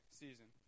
season